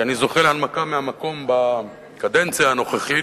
שאני זוכה להנמקה מהמקום בקדנציה הנוכחית.